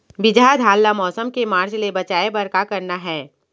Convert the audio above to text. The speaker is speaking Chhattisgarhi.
बिजहा धान ला मौसम के मार्च ले बचाए बर का करना है?